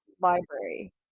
library